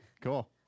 Cool